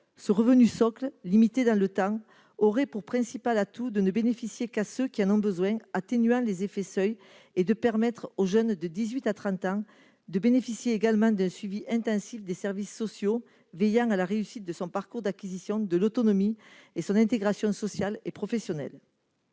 Ce « revenu socle », limité dans le temps, aurait pour principal atout de ne bénéficier qu'à ceux qui en ont besoin, atténuant les effets de seuil, et de permettre aux jeunes âgés de 18 à 30 ans de bénéficier d'un suivi intensif des services sociaux, veillant à la réussite de leur parcours d'acquisition de l'autonomie et à leur intégration sociale et professionnelle.